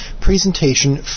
presentation